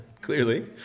Clearly